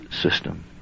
system